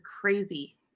crazy